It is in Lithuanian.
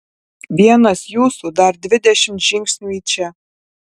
vienas jūsų dar dvidešimt žingsnių į čia